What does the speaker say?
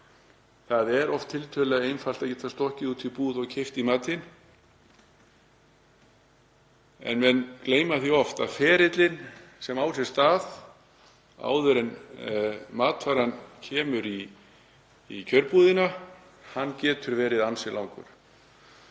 Það er tiltölulega einfalt að stökkva út í búð og kaupa í matinn en menn gleyma því oft að ferillinn sem á sér stað áður en matvaran kemur í kjörbúðina getur verið ansi langur.